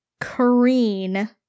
kareen